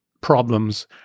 problems